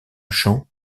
chant